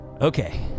Okay